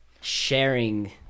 sharing